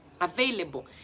available